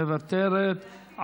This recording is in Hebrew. מוותרת.